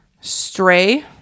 Stray